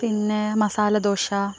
പിന്നേ മസാലദോശ